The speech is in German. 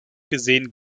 gesehen